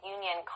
Union